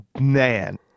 man